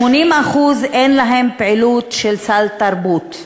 80%, אין להם פעילות של סל תרבות.